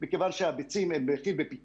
מכיוון שמחיר הביצים בפיקוח,